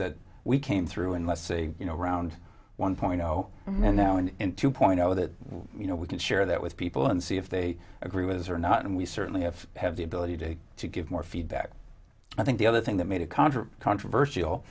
that we came through and let's say you know around one point zero now and in two point zero that you know we can share that with people and see if they agree with us or not and we certainly have have the ability to to give more feedback i think the other thing that made it contra controversial